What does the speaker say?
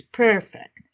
perfect